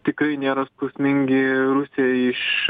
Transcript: tikrai nėra skausmingi rusijai iš